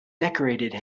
decorated